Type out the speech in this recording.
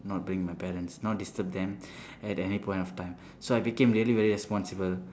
not bringing my parents not disturb them at any point of time so I became really very responsible